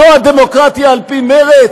זו הדמוקרטיה על פי מרצ?